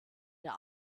der